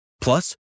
Plus